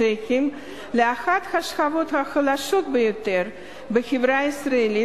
השייכים לאחת השכבות החלשות ביותר בחברה הישראלית,